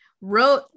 wrote